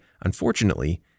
unfortunately